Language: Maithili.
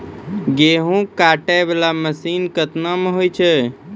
गेहूँ काटै वाला मसीन केतना मे होय छै?